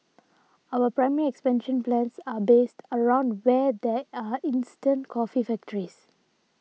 our primary expansion plans are based around where there are instant coffee factories